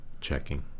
checking